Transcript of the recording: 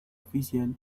oficial